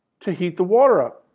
to heat the water up